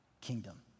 kingdom